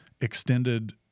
extended